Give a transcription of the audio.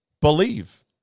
believe